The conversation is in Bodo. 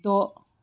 द